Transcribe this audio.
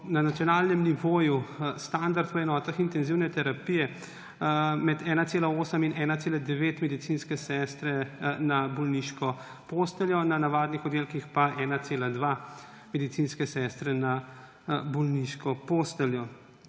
Na nacionalnem nivoju je bil standard v enotah intenzivne terapije med 1,8 in 1,9 medicinske sestre na bolniško posteljo na navadnih oddelkih pa 1,2 medicinske sestre na bolniško posteljo.